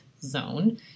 zone